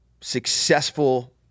successful